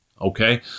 Okay